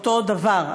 אותו דבר.